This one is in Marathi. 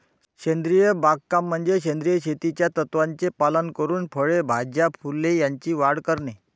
सेंद्रिय बागकाम म्हणजे सेंद्रिय शेतीच्या तत्त्वांचे पालन करून फळे, भाज्या, फुले यांची वाढ करणे